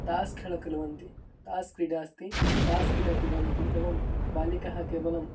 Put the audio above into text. टास्खेळ क्रीडन्ति टास्क् क्रीडा अस्ति टास्क् क्रिडन्ति एवं बालिकाः केवलं